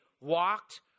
walked